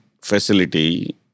facility